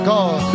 God